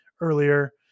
earlier